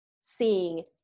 seeing